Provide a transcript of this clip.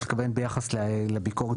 את מתכוונת ביחס לביקורת השיפוטית?